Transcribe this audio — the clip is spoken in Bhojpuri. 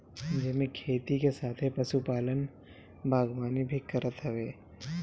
जेमे खेती के साथे पशुपालन, बागवानी भी करत हवे